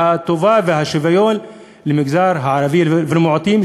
הטובה והשוויון למגזר הערבי ולמיעוטים,